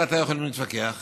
אני ואתה יכולים להתווכח.